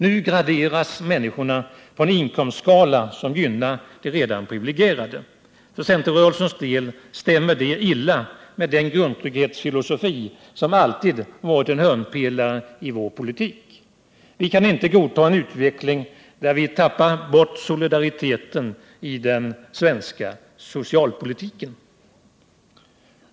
Nu graderas människorna på en inkomstskala som gynnar de redan privilegierade. För centerrörelsens del stämmer det illa med den grundtrygghetsfilosofi som alltid varit en hörnpelare i vår politik. Vi kan inte godta en utveckling där vi tappar bort solidariteten i den svenska socialpolitiken.